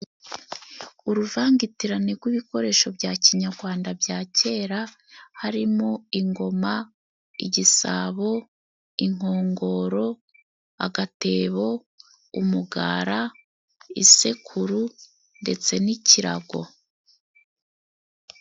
Uruvangitirane rw'ibikoresho bya Kinyarwanda bya kera harimo ingoma , igisabo inkongoro , agatebo umugara, isekuru ndetse n'ikirago.